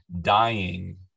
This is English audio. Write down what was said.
dying